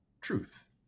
truth